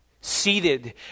Seated